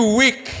weak